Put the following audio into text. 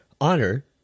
honor